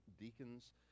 deacons